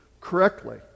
correctly